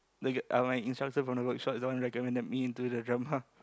the g~ uh my instructor from the workshop is the one recommended me into the drama